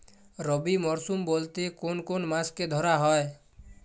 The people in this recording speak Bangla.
রবি মরশুম বলতে কোন কোন মাসকে ধরা হয়?